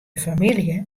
famylje